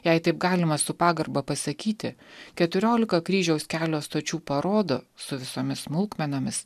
jei taip galima su pagarba pasakyti keturiolika kryžiaus kelio stočių parodo su visomis smulkmenomis